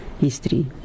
history